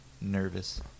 nervous